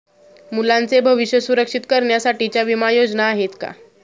मुलांचे भविष्य सुरक्षित करण्यासाठीच्या विमा योजना आहेत का?